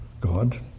God